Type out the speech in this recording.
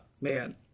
man